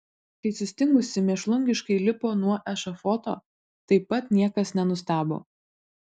kai sustingusi mėšlungiškai lipo nuo ešafoto taip pat niekas nenustebo